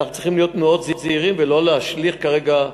אנחנו צריכים להיות מאוד זהירים ולא להשליך כרגע.